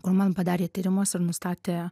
kur man padarė tyrimus ir nustatė